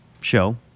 show